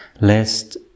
lest